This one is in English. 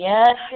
Yes